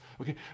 okay